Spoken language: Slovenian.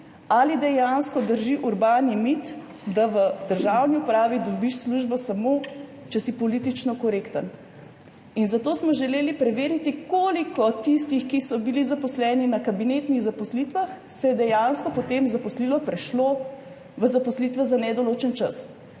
ali dejansko drži urbani mit, da v državni upravi dobiš službo samo, če si politično korekten. Zato smo želeli preveriti, koliko tistih, ki so bili zaposleni na kabinetnih zaposlitvah, se je dejansko potem zaposlilo, prešlo v zaposlitve za nedoločen čas.